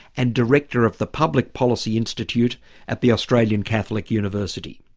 and director of the public policy institute at the australian catholic university.